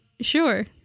sure